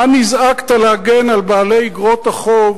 מה נזעקת להגן על בעלי איגרות החוב